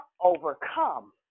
overcome